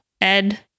Ed